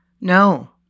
No